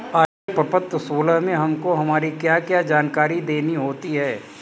आयकर प्रपत्र सोलह में हमको हमारी क्या क्या जानकारी देनी होती है?